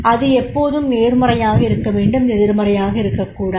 அது எப்போதும் நேர்மறையாக இருக்க வேண்டும் எதிர்மறையாக இருக்கக்கூடாது